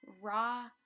raw